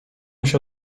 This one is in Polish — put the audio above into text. się